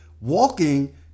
walking